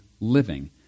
living